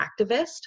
activist